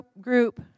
group